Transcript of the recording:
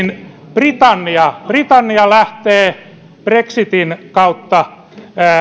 britannia britannia lähtee brexitin kautta